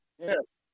yes